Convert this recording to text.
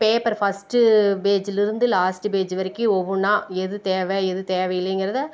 பேப்பரை ஃபஸ்டு பேஜுலிருந்து last page வரைக்கும் ஒவ்வொன்னா எது தேவை எது தேவை இல்லைங்கிறத